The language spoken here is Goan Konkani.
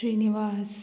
श्रीनिवास